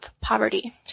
poverty